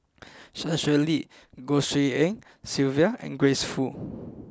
Sun Xueling Goh Tshin En Sylvia and Grace Fu